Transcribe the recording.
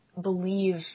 believe